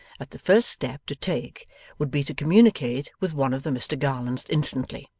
that the first step to take would be to communicate with one of the mr garlands instantly.